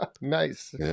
nice